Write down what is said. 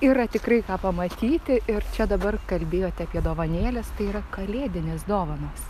yra tikrai ką pamatyti ir čia dabar kalbėjote apie dovanėles tai yra kalėdines dovanas